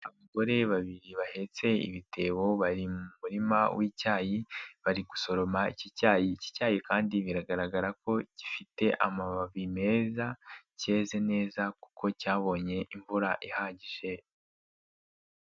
Abagore babiri bahetse ibitebo bari mu muririma wi'cyayi bari gusoroma iki cyayi, iki cyayi kandi biragaragara ko gifite amababi meza cyeze neza kuko cyabonye imvura ihagije.